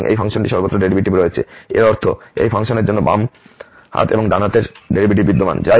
সুতরাং এই ফাংশনটি সর্বত্র ডেরিভেটিভ রয়েছে এর অর্থ এই ফাংশনের জন্য বাম হাত এবং ডান হাতের ডেরিভেটিভ বিদ্যমান